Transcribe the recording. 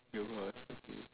your course okay